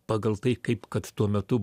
pagal tai kaip kad tuo metu